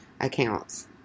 accounts